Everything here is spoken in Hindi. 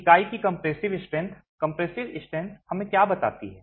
इकाई की कंप्रेसिव स्ट्रेंथ कम्प्रेसिव स्ट्रेंथ हमें क्या बताती है